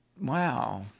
Wow